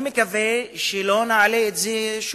אני מקווה שלא נעלה את זה שוב,